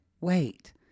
wait